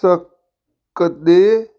ਸਕਦੇ